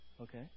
Okay